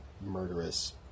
murderous